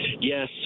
Yes